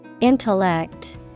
Intellect